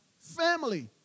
family